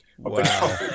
Wow